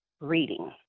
reading